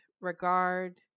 regard